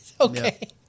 Okay